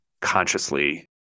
consciously